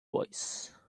voice